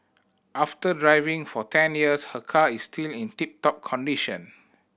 after driving for ten years her car is still in tip top condition